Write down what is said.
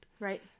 right